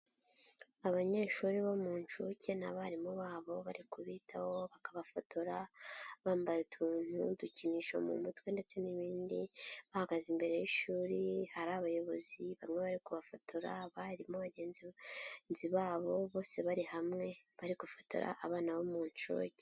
Abanyeshuri bo mu nshuke n'abarimu babo bari kubitaho bakabafotora bambaye utuntu, udukinisho mu mutwe ndetse n'ibindi bahagaze imbere y'ishuri hari abayobozi bamwe bari kubafotora, abarimu bagenzi babo bose bari hamwe bari gufotora abana bo mu nshuke.